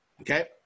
okay